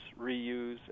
reuse